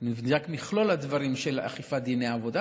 נבדק מכלול הדברים של אכיפת דיני עבודה,